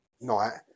night